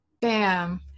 bam